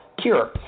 cure